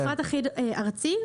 זה מפרט אחיד ארצי.